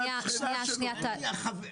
טל.